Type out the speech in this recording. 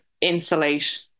insulate